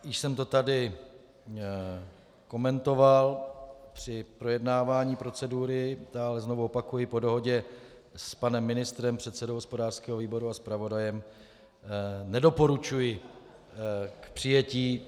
Již jsem to tady komentoval při projednávání procedury, ale znovu opakuji, po dohodě s panem ministrem, předsedou hospodářského výboru a zpravodajem nedoporučuji k přijetí.